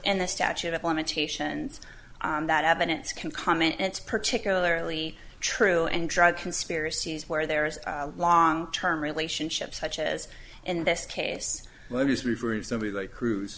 and the statute of limitations that evidence can comment and it's particularly true and drug conspiracies where there is a long term relationship such as in this case somebody like cru